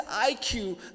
IQ